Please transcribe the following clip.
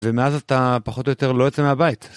ומאז אתה פחות או יותר לא יוצא מהבית.